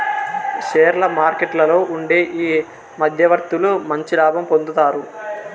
షేర్ల మార్కెట్లలో ఉండే ఈ మధ్యవర్తులు మంచి లాభం పొందుతారు